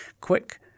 quick